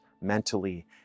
mentally